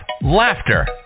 Laughter